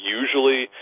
usually